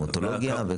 המטולוגיה.